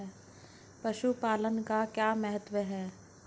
पशुपालन का क्या महत्व है?